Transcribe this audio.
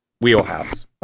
wheelhouse